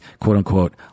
quote-unquote